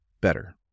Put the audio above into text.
better